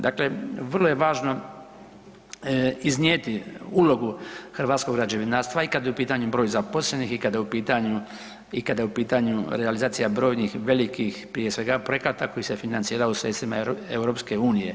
Dakle, vrlo je važno iznijeti ulogu hrvatskog građevinarstva i kad je u pitanju broj zaposlenih i kad je u pitanju i kada je u pitanju realizacija brojnih velikih prije svega projekata koji se financiraju sredstvima EU.